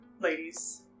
ladies